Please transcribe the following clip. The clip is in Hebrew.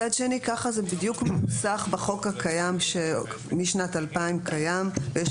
מצד שני ככה זה בדיוק מנוסח בחוק שמשנת 2000 קיים ויש